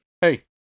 Hey